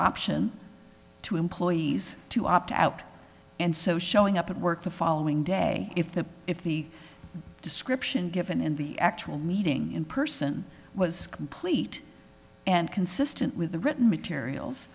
option to employees to opt out and so showing up at work the following day if that if the description given in the actual meeting in person was complete and consistent with the written materials